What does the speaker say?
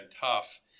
tough